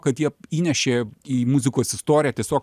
kad jie įnešė į muzikos istoriją tiesiog